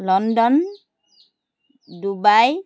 London Dubai